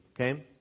Okay